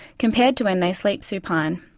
compared to when they sleep supine.